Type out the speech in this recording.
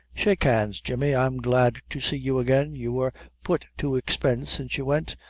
shake hands, jemmy i'm glad to see you again you were put to expense since you went.